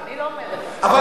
אני לא אומרת את זה.